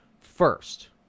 first